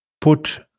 put